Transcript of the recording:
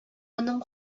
аның